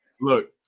Look